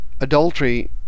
adultery